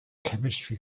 chemistry